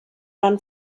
run